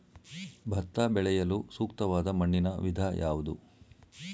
ಭತ್ತ ಬೆಳೆಯಲು ಸೂಕ್ತವಾದ ಮಣ್ಣಿನ ವಿಧ ಯಾವುದು?